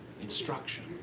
Instruction